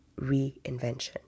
reinvention